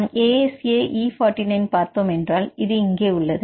நாம் A S A E 49 பார்த்தோமென்றால் இது இங்கே உள்ளது